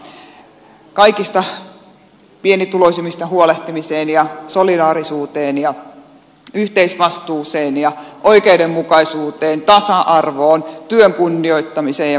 kaikista pienituloisimmista huolehtimiseen ja solidaarisuuteen ja yhteisvastuuseen ja oikeudenmukaisuuteen tasa arvoon työn kunnioittamiseen ja muuhun